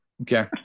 Okay